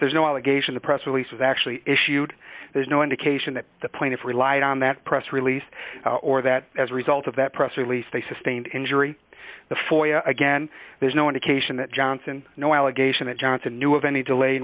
allegation the press release was actually issued there's no indication that the plaintiffs relied on that press release or that as a result of that press release they sustained injury the foyer again there's no indication that johnson no allegation that johnson knew of any delay